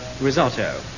Risotto